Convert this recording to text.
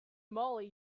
moly